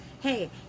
Hey